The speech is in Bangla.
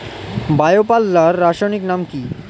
বায়ো পাল্লার রাসায়নিক নাম কি?